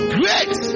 great